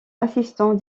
assistant